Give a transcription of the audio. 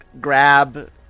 grab